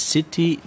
City